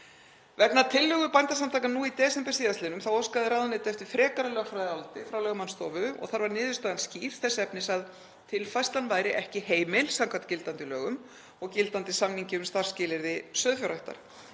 Vegna tillögu Bændasamtakanna nú í desember sl. óskaði ráðuneytið eftir frekara lögfræðiáliti frá lögmannsstofu og þar var niðurstaðan skýr þess efnis að tilfærslan væri ekki heimil samkvæmt gildandi lögum og gildandi samningi um starfsskilyrði sauðfjárræktar.